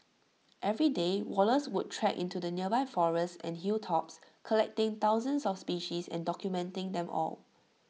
every day Wallace would trek into the nearby forests and hilltops collecting thousands of species and documenting them all